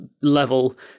level